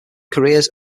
careers